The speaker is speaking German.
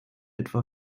etwa